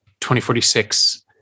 2046